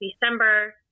December